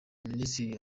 minisitiri